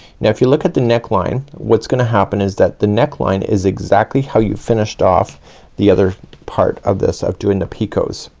now if you look at the neckline, what's gonna happen is that, the neckline is exactly how you finished off the other part of this, of doing the picots.